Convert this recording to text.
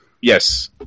Yes